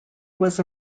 was